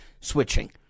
switching